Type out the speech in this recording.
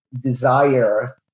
desire